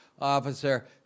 officer